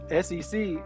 SEC